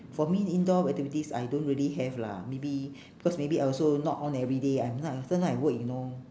for me indoor activities I don't really have lah maybe because maybe I also not on everyday I'm not a~ sometime I work you know